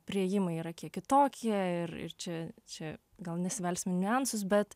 priėjimai yra kiek kitokie ir čia čia gal nesivelsim į niuansus bet